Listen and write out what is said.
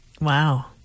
Wow